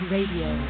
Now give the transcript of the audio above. Radio